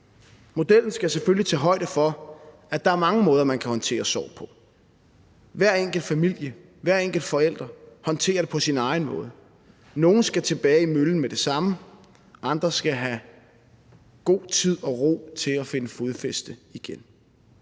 Modellen skal selvfølgelig tage højde for, at der er mange måder, man kan håndtere sorg på. Hver enkelt familie, hver enkelt forælder håndterer det på sin egen måde. Nogle skal tilbage i møllen med det samme, andre skal have god tid og ro til at finde fodfæste igen.